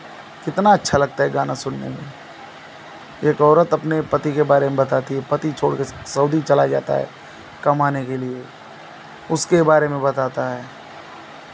कितना अच्छा लगता है ई गाना सुनने में एक औरत अपने पति के बारे में बताती है पति छोड़ के सऊदी चला जाता है कमाने के लिए उसके बारे में बताता है